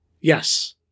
Yes